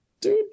dude